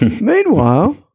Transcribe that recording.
Meanwhile